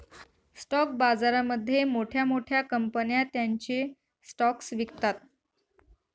stock बाजारामध्ये मोठ्या मोठ्या कंपन्या त्यांचे स्टॉक्स विकतात